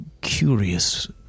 curious